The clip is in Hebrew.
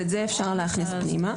אז את זה אפשר להכניס פנימה,